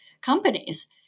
companies